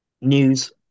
news